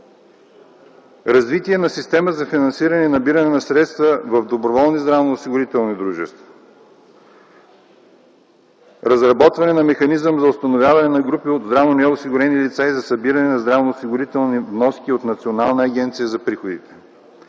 Развитие на система за финансиране и набиране на средства в доброволни здравноосигурителни дружества. - Разработване на механизъм за установяване на групи от здравно неосигурени лица и за събиране на здравноосигурителни вноски от Националната агенция за приходите.